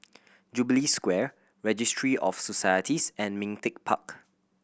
Jubilee Square Registry of Societies and Ming Teck Park